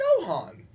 Gohan